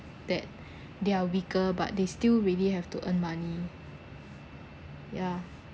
that they are weaker but they still really have to earn money ya